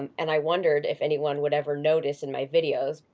and and i wondered if anyone would ever notice in my videos.